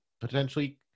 potentially